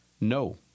no